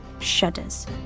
shudders